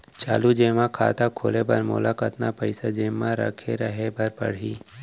चालू जेमा खाता खोले बर मोला कतना पइसा जेमा रखे रहे बर पड़ही?